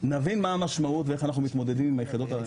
נבין מה המשמעות ואיך אנחנו מתמודדים עם היחידות.